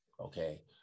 Okay